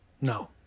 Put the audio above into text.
No